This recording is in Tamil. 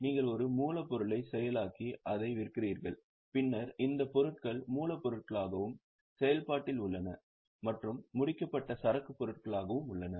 நீங்கள் ஒரு மூலப்பொருளைச் செயலாக்கி அதை விற்கிறீர்கள் பின்னர் இந்த பொருட்கள் மூலப்பொருளாகவும் செயல்பாட்டில் உள்ளன மற்றும் முடிக்கப்பட்ட சரக்கு பொருட்களாகவும் உள்ளன